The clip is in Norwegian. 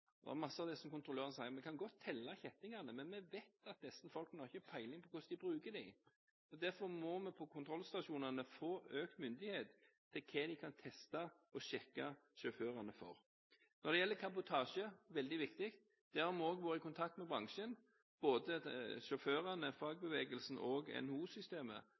Det er mange av disse kontrollørene som sier at vi kan godt telle kjettingene, men vi vet at disse folkene ikke har peiling på hvordan de bruker dem. Derfor må kontrollstasjonene få økt myndighet til hva de kan teste og sjekke sjåførene for. Når det gjelder kabotasje – veldig viktig – har vi også vært i kontakt med bransjen, både sjåførene, fagbevegelsen og